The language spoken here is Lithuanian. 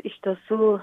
iš tiesų